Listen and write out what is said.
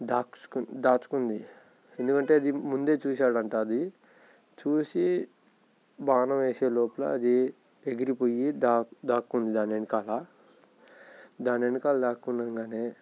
దాక్కొని దాచుకుంది ఎందుకంటే అది ముందే చూసాడట అది చూసి బాణం వేసే లోపల అది ఎగిరిపోయి దా దాక్కుంది దాని వెనకాల దాని వెనకాల దాక్కొని ఉండగానే